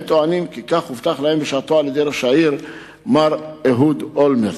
הם טוענים כי כך הבטיח להם בשעתו ראש העיר לשעבר אהוד אולמרט.